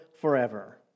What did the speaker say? forever